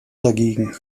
dagegen